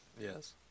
yes